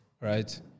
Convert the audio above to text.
Right